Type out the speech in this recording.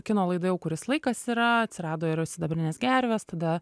kino laida jau kuris laikas yra atsirado ir sidabrinės gervės tada